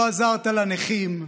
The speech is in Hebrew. לא עזרת לנכים.